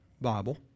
Bible